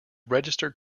registered